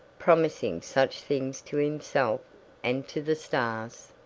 promising such things to himself and to the stars?